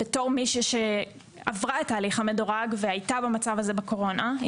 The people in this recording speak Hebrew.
כמי שעברה את ההליך המדורג ועם בן זוגי הייתה במצב הזה בתקופת הקורונה.